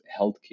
healthcare